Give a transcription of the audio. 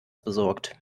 besorgt